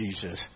Jesus